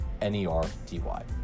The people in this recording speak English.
N-E-R-D-Y